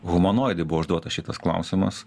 humanoidui buvo užduotas šitas klausimas